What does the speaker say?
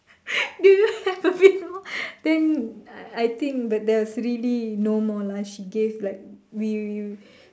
do you have a bit more then I think but there was really no more lah she gave like we